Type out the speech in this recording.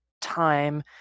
time